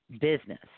business